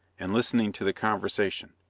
and listening to the conversation.